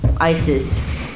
ISIS